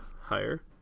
higher